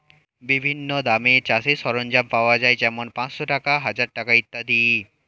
বিভিন্ন দামের চাষের সরঞ্জাম পাওয়া যায় যেমন পাঁচশ টাকা, হাজার টাকা ইত্যাদি